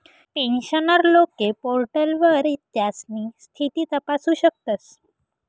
pensioner लोके पोर्टलवर त्यास्नी स्थिती तपासू शकतस